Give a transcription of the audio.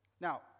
Now